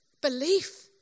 belief